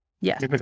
Yes